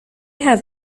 have